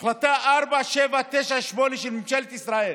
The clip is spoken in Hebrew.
החלטה 4798 של ממשלת ישראל,